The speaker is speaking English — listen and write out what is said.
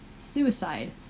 suicide